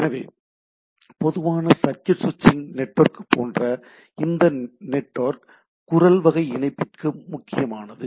எனவே பொதுவான சர்க்யூட் ஸ்விட்சிங் நெட்வொர்க் போன்ற இந்த நெட்வொர்க் குரல் வகை இணைப்பிற்கு முக்கியமானது